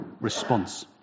response